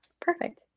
Perfect